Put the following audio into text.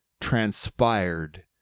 transpired